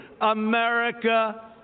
America